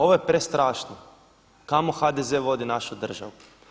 Ovo je prestrašno kamo HDZ vodi našu državu.